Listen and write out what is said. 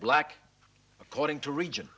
black according to region